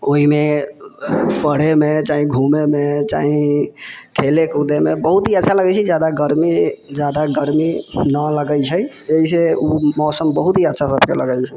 ओहिमे पढ़ैमे चाहे घुमैमे चाहे खेलय कूदयमे बहुत हि अच्छा लगै छै जादा गर्मी न लगै छै ओहिसँ ओ मौसम बहुत हि अच्छा सभके लगै छै